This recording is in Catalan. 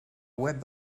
web